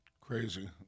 Crazy